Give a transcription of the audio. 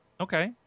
Okay